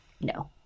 no